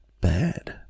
bad